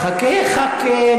השר שטייניץ, חכה, חכה.